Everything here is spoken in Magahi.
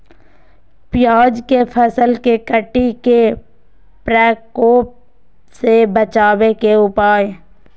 प्याज के फसल के कीट के प्रकोप से बचावे के उपाय?